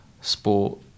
sport